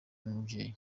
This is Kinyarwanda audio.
n’umubyeyi